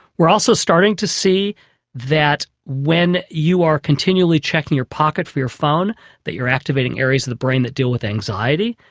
we are also starting to see that when you are continually checking your pocket for your phone that you're activating areas of the brain that deal with anxiety.